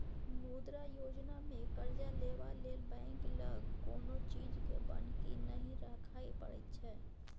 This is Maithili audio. मुद्रा योजनामे करजा लेबा लेल बैंक लग कोनो चीजकेँ बन्हकी नहि राखय परय छै